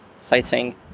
sightseeing